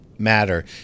matter